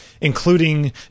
including